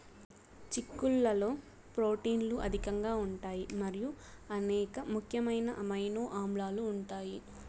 చిక్కుళ్లలో ప్రోటీన్లు అధికంగా ఉంటాయి మరియు అనేక ముఖ్యమైన అమైనో ఆమ్లాలు ఉంటాయి